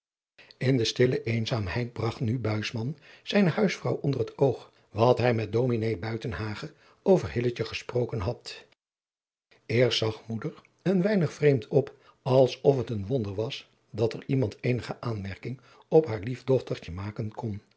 in de stille eenzaamheid bragt nu buisman zijne huisvrouw onder het oog wat hij met ds buitenhagen over hilletje gesproken had eerst zag moeder een weinig vreemd op als of het een wonder was dat er iemand eenige aanmerking op haar lief dochtertje maken kon